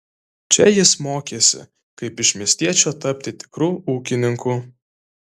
čia jis mokėsi kaip iš miestiečio tapti tikru ūkininku